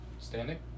standing